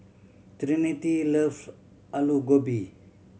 Trinity loves Alu Gobi